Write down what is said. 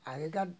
আগেকার